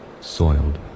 soiled